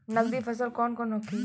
नकदी फसल कौन कौनहोखे?